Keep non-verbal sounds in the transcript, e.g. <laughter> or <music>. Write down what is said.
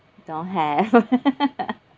don't have <laughs>